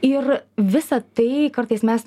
ir visa tai kartais mes